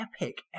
epic